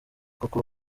koko